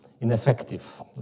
ineffective